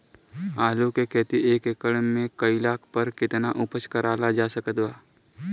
आलू के खेती एक एकड़ मे कैला पर केतना उपज कराल जा सकत बा?